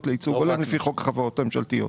לייצוג הולם לפי חוק החברות הממשלתיות.